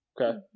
Okay